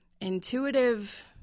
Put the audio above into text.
intuitive